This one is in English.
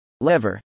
lever